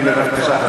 כן, בבקשה.